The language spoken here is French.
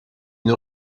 une